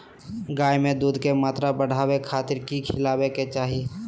गाय में दूध के मात्रा बढ़ावे खातिर कि खिलावे के चाही?